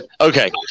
Okay